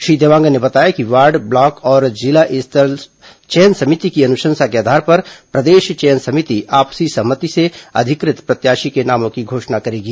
श्री देवांगन ने बताया कि वार्ड ब्लॉक और जिला चयन समिति की अनुशंसा के आधार पर प्रदेश चयन समिति आपसी सहमति से अधिकृत प्रत्याशी के नामों की घोषणा करेगी